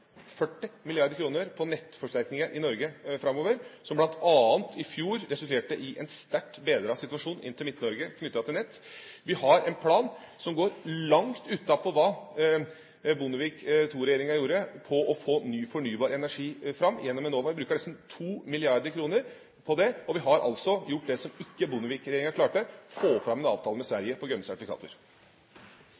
40 mrd. kr – på nettforsterkninger i Norge framover, som bl.a. i fjor resulterte i en sterkt bedret situasjon inn til Midt-Norge knyttet til nett. Vi har en plan som går langt utenpå hva Bondevik II-regjeringa gjorde, for å få ny fornybar energi fram gjennom Enova. Vi bruker nesten 2 mrd. kr på det, og vi har altså gjort det som ikke Bondevik-regjeringa klarte, å få fram en avtale med